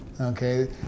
Okay